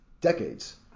Decades